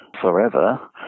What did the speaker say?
forever